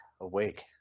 Awake